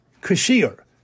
kashir